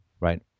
right